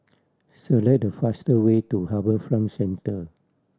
select the faster way to HarbourFront Centre